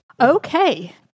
Okay